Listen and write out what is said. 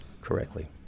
Correctly